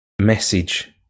message